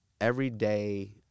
everyday